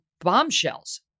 bombshells